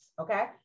Okay